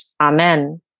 Amen